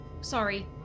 sorry